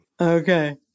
Okay